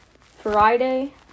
Friday